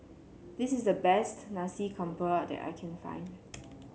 this is the best Nasi Campur that I can find